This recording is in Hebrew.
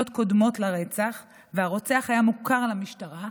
קודמות לרצח והרוצח היה מוכר למשטרה,